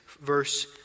verse